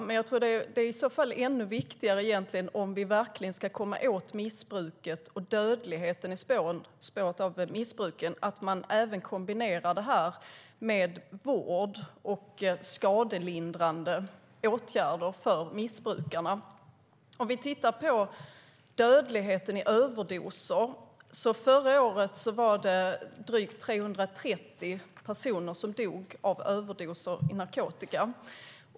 Men om vi verkligen ska komma åt missbruket och dödligheten i spåret av missbruket anser jag att det är ännu viktigare att man kombinerar detta med vård och skadelindrande åtgärder för missbrukarna. Om vi tittar på dödligheten på grund av överdoser ser vi att det förra året var drygt 330 personer som dog av överdoser av narkotika.